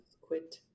quit